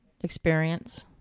experience